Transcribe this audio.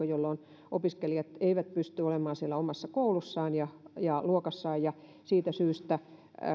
jolloin opiskelijat eivät pysty olemaan siellä omassa koulussaan ja ja luokassaan ja siitä syystä